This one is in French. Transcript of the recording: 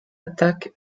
attaque